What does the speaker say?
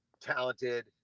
talented